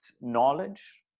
knowledge